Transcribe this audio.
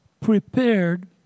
prepared